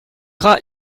gras